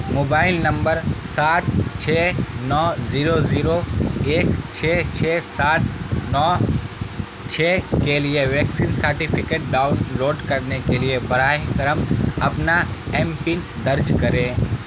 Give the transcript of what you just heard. mobile نمبر سات چھ نو زیرو زیرو ایک چھ چھ سات نو چھ کے لیے ویکسین سرٹیفکیٹ ڈاؤن لوڈ کرنے کے لیے براہ کرم اپنا ایم پن درج کریں